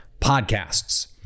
podcasts